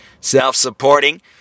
self-supporting